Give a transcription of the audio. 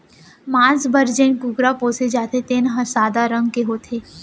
मांस बर जेन कुकरा पोसे जाथे तेन हर सादा रंग के होथे